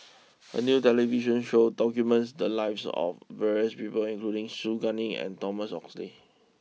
a new television show documents the lives of various people including Su Guaning and Thomas Oxley